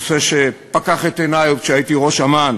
נושא שפקח את עיני עוד כשהייתי ראש אמ"ן